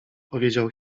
powiedział